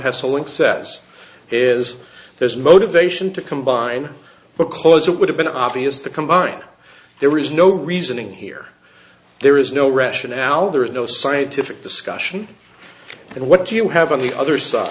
a link says is there's motivation to combine because it would have been obvious to combine there is no reasoning here there is no rationale there is no scientific discussion and what do you have on the other side